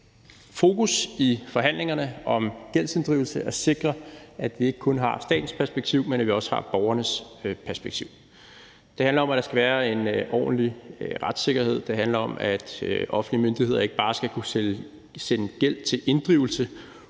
fokus i forhandlingerne om gældsinddrivelse at sikre, at vi ikke kun har statens perspektiv, men at vi også har borgernes perspektiv. Det handler om, at der skal være en ordentlig retssikkerhed; det handler om, at offentlige myndigheder ikke bare skal kunne sende gæld til inddrivelse